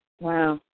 Wow